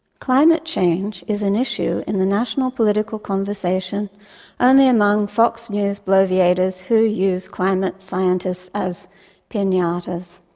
climate change is an issue in the national political conversation only among fox news bloviators who use climate scientists as pinatas.